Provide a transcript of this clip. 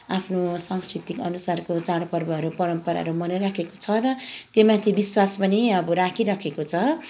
आफ्नो सांस्कृतिक अनुसारको चाडपर्वहरू परम्पराहरू मनाइरहेको छ र त्योमाथि विश्वास पनि अब राखिरहेको छ